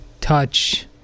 touch